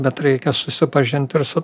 bet reikia susipažint ir su